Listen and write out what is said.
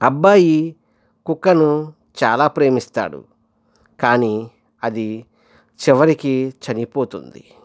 అబ్బాయి కుక్కను చాలా ప్రేమిస్తాడు కానీ అది చివరికి చనిపోతుంది